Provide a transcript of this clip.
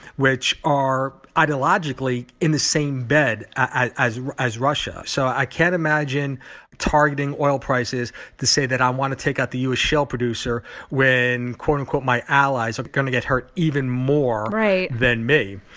which are ideologically in the same bed as as russia. so i can't imagine targeting oil prices to say that i want to take out the u s. shale producer when, quote, unquote, my allies are going to get hurt even more. right. than me.